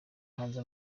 hanze